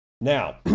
Now